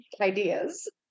ideas